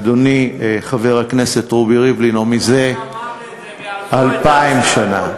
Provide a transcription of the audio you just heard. אדוני, חבר הכנסת רובי ריבלין, או שזה 2,000 שנה,